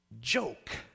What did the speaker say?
joke